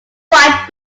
fight